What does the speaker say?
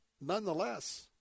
nonetheless